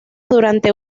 durante